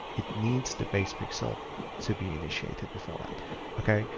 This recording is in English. it needs the base pixel to be initiated before that okay.